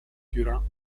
turin